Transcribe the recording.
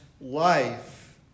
life